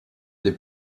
des